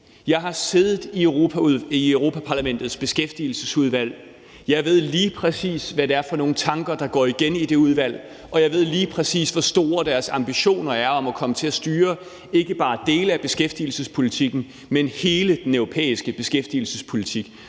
Jeg har siddet i Europa-Parlamentets beskæftigelsesudvalg, og jeg ved lige præcis, hvad det er for nogle tanker, der går igen i det udvalg, og jeg ved lige præcis, hvor store deres ambitioner er om at komme til at styre ikke bare dele af beskæftigelsespolitikken, men hele den europæiske beskæftigelsespolitik.